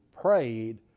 prayed